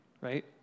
Right